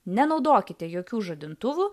nenaudokite jokių žadintuvų